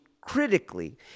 critically